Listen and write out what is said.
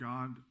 God